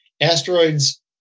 asteroids